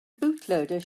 bootloader